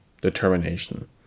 Determination